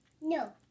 No